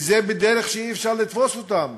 וזה בדרך שאי-אפשר לתפוס אותם.